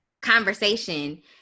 conversation